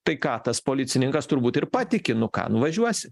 tai ką tas policininkas turbūt ir patiki nu ką nuvažiuosi